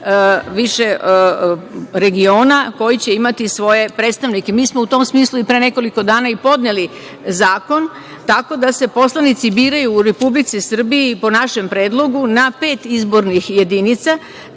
više regiona koji će imati svoje predstavnike. Mi smo u tom smislu i pre nekoliko dana podneli zakon tako da se poslanici biraju u Republici Srbiji, po našem predlogu, na pet izbornih jedinica,